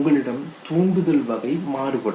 உங்களிடம் தூண்டுதல் வகை மாறுபடும்